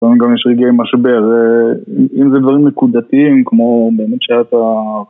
גם יש רגעי משבר, אז אם זה דברים נקודתיים כמו באמת שהיה את ה...